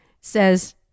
says